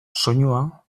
soinua